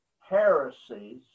heresies